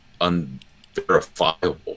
unverifiable